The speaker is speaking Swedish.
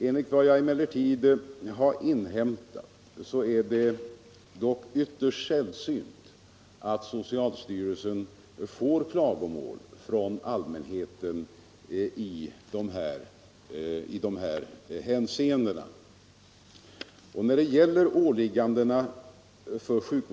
Enligt vad jag har inhämtat är det dock ytterst sällsynt att socialstyrelsen får klagomål från allmänheten i de här hänseendena.